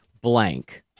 blank